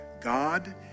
God